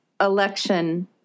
election